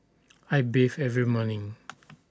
I bathe every morning